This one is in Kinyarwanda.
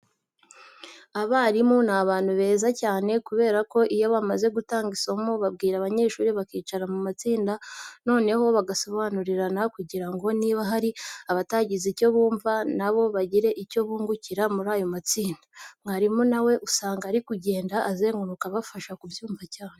Abarimu ni abantu beza kubera ko iyo bamaze gutanga isomo babwira abanyeshuri bakicara mu matsinda noneho bagasobanurirana kugira ngo niba hari abatagize icyo bumva na bo bagire icyo bungukira muri ayo matsinda. Mwarimu na we usanga ari kugenda azenguruka bafasha kubyumva cyane.